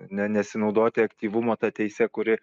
ne nesinaudoti aktyvumo ta teise kuri